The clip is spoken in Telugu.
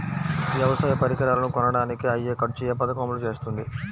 వ్యవసాయ పరికరాలను కొనడానికి అయ్యే ఖర్చు ఏ పదకము అమలు చేస్తుంది?